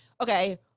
okay